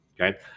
Okay